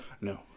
No